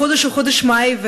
החודש הוא חודש מאי,